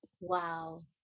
wow